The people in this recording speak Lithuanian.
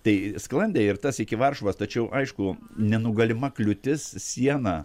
tai sklandė ir tas iki varšuvos tačiau aišku nenugalima kliūtis siena